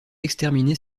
exterminer